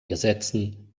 gesetzen